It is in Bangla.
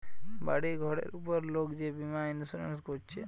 বাড়ি ঘরের উপর লোক যে বীমা ইন্সুরেন্স কোরছে